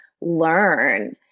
learn